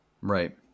Right